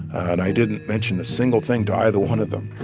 and i didn't mention a single thing to either one of them,